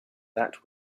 that